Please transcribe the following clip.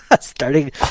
Starting